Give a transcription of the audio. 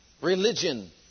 religion